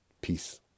peace